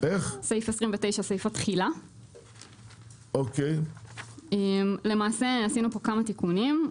סעיף 29. למעשה עשינו פה כמה תיקונים.